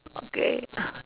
okay